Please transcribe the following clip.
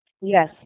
Yes